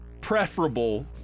preferable